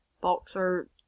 Boxer